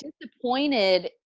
disappointed